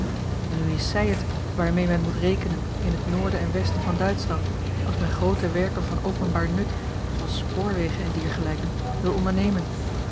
nu is zij het waarmee men moet rekenen in t noorden en westen van duitschland als men groote werken van openbaar nut zooals spoorwegen en diergelijken wil ondernemen